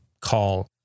call